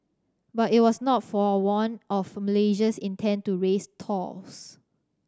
but it was not forewarned of Malaysia's intent to raise tolls